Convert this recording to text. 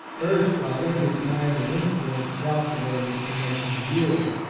urged by every kind of influence calculated to make him yield.